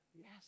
Yes